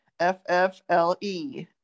F-F-L-E